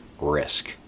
risk